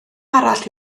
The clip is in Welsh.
arall